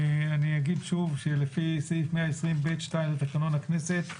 לפי סעיף 120(ב)(2) לתקנון הכנסת,